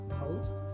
post